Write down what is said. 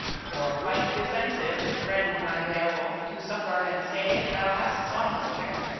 for fight defensive, friend my beowulf, to succor and save, thou hast sought us here.